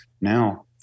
now